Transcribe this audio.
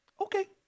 Okay